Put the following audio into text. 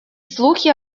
слухи